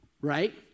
right